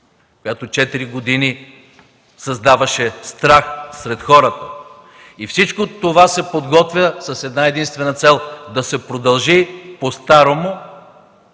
четири години създаваше страх сред хората. Всичко това се подготвя с една-единствена цел – да се продължи по старому